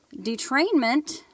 Detrainment